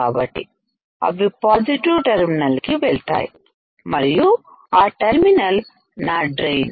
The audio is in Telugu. కాబట్టి అవి పాజిటివ్ టెర్మినల్ కి వెళ్తాయి మరియు ఆ టెర్మినల్ నా డ్రైన్